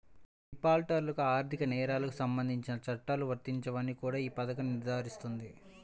డిఫాల్టర్లకు ఆర్థిక నేరాలకు సంబంధించిన చట్టాలు వర్తించవని కూడా ఈ పథకం నిర్ధారిస్తుంది